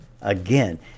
again